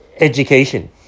Education